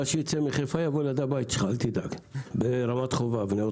מה שייצא מחיפה יגיע ליד הבית שלך בנאות חובב.